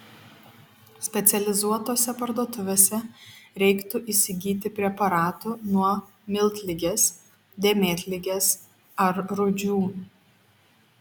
specializuotose parduotuvėse reiktų įsigyti preparatų nuo miltligės dėmėtligės ar rūdžių